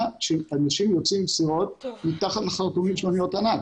כשאנשים יוצאים עם סירות מתחת לחרטומים של אניות ענק.